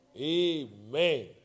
Amen